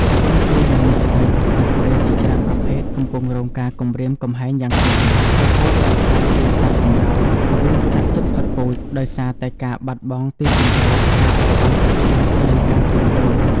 ទោះបីជាយ៉ាងនេះក្តី សត្វព្រៃជាច្រើនប្រភេទកំពុងរងការគំរាមកំហែងយ៉ាងខ្លាំង រហូតដល់ក្លាយជា សត្វកម្រ ឬ សត្វជិតផុតពូជ ដោយសារតែការបាត់បង់ទីជម្រក ការបរបាញ់ខុសច្បាប់ និងការជួញដូរ។